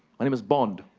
my name is bond.